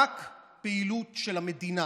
רק פעילות של המדינה,